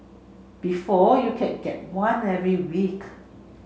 before you could get one every week